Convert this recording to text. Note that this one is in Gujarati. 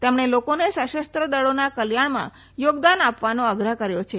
તેમણે લોકોને સશસ્ત્ર દળોના કલ્યાણમાં યોગદાન આપવાનો આગ્રક હર્યો છે